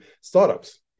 startups